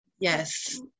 Yes